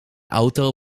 auto